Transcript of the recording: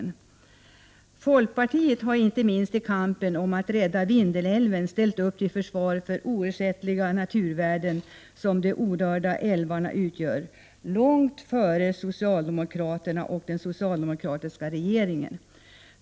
Inte minst folkpartiet har i kampen om att rädda Vindelälven ställt upp till försvar för de oersättliga naturvärden som de orörda älvarna utgör långt innan socialdemokraterna och den socialdemokratiska regeringen gjorde det.